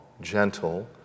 gentle